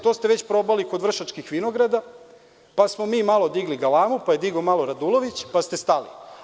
To ste već probali kod „Vršačkih vinograda“, pa smo mi malo digli galamu, pa je malo digao Radulović, pa ste stali.